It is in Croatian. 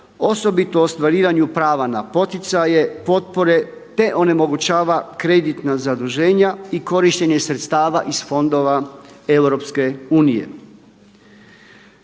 osobito ostvarivanju prava na poticaje, potpore te onemogućava kreditna zaduženja i korištenje sredstava iz fondova EU.